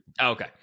Okay